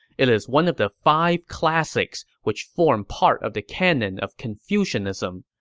it is one of the five classics, which form part of the canon of confucianism.